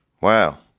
Wow